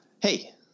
hey